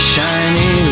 Shiny